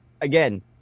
again